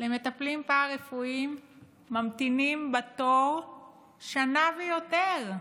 למטפלים פרה-רפואיים ממתינים בתור שנה ויותר.